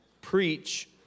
preach